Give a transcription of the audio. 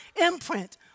imprint